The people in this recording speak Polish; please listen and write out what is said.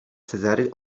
cezary